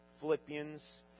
Philippians